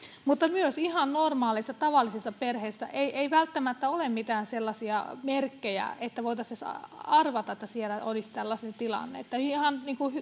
mutta näistä isoista ongelmista ei välttämättä myöskään ihan normaaleissa tavallisissa perheissä ole mitään sellaisia merkkejä että voitaisiin edes arvata että siellä olisi tällainen tilanne ihan